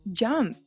jump